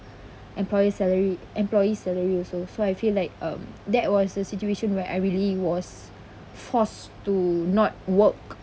employer's salary employees' salary also so I feel like um that was a situation where I really was forced to not work